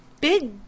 big